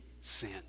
sin